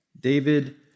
David